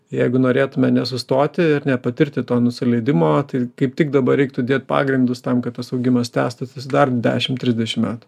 jeigu norėtume nesustoti ir nepatirti to nusileidimo tai kaip tik dabar reiktų dėt pagrindus tam kad tas augimas tęstųsi dar dešimt trisdešimt metų